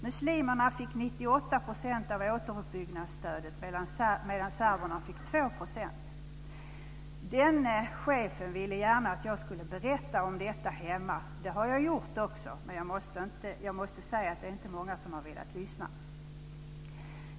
Muslimerna fick 98 % av återuppbyggnadsstödet, medan serberna fick 2 %. Den danske chefen ville att jag skulle berätta om detta hemma. Det har jag också gjort, men jag måste säga att det inte är många som har velat lyssna.